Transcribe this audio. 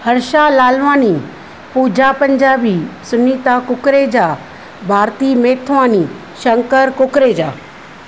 Harsha Lalwani Pooja Punjabi Sunita Kukreja Bharti Methwani Shankar Kukreja